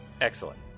Excellent